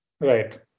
Right